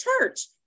church